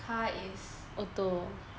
car is auto